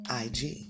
IG